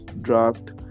draft